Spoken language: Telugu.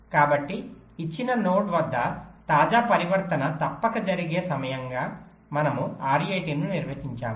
కాబట్టి ఇచ్చిన నోడ్ వద్ద తాజా పరివర్తన తప్పక జరిగే సమయంగా మనము RAT ను నిర్వచించాము